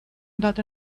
that